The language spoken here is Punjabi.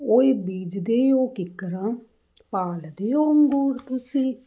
ਉਏ ਬੀਜਦੇ ਹੋ ਕਿੱਕਰਾਂ ਭਾਲਦੇ ਹੋ ਅੰਗੂਰ ਤੁਸੀਂ